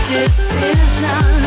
decision